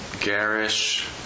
garish